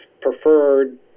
preferred